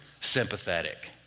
sympathetic